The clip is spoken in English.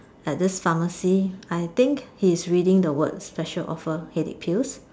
at this pharmacy I think he's reading the word special offer headache pills